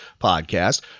podcast